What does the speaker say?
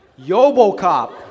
YoboCop